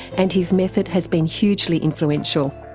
and his method has been hugely influential.